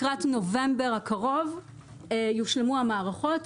לקראת נובמבר הקרוב יושלמו המערכות,